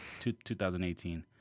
2018